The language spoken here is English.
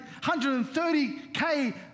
130K